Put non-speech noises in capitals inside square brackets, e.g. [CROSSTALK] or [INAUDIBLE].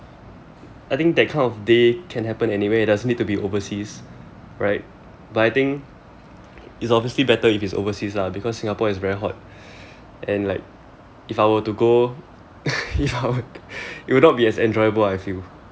but I think that kind of day can happen anywhere it doesn't have to be overseas right but I think it's obviously better if it's overseas lah because Singapore is very hot and like if I were to go [LAUGHS] it would not be as enjoyable I feel